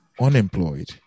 unemployed